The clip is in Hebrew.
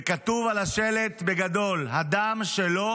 וכתוב על השלט בגדול: הדם שלו